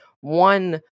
One